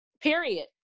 period